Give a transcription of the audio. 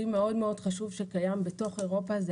כלי מאוד מאוד חשוב שקיים בתוך אירופה זה